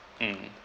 mm